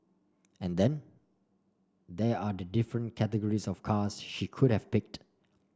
and then there are the different categories of cars she could have picked